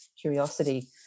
curiosity